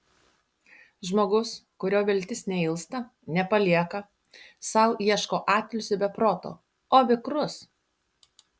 žmogus kurio viltis neilsta nepalieka sau ieško atilsio be proto o vikrus